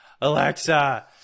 Alexa